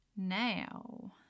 Now